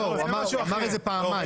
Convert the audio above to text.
לא, הוא אמר את זה פעמיים.